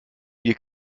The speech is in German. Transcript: wir